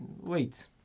wait